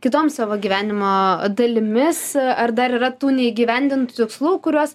kitom savo gyvenimo dalimis ar dar yra tų neįgyvendintų tikslų kuriuos